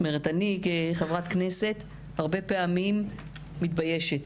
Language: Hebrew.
אני כחברת כנסת הרבה פעמים מתביישת